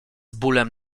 bólem